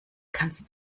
kannst